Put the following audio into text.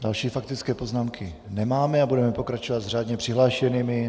Další faktické poznámky nemáme, budeme pokračovat řádně přihlášenými.